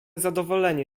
zadowolenie